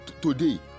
today